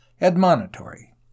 admonitory